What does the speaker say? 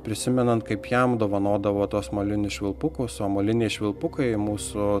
prisimenant kaip jam dovanodavo tuos molinius švilpukus o moliniai švilpukai mūsų